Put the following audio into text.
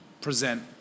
present